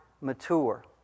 mature